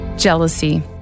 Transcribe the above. Jealousy